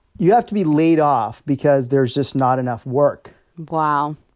you have to be laid off because there's just not enough work wow.